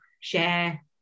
share